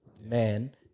man